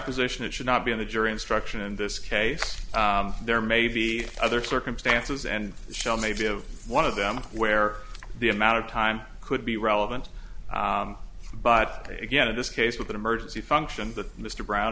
position it should not be on the jury instruction in this case there may be other circumstances and still may be of one of them where the amount of time could be relevant but again in this case with an emergency function that mr brown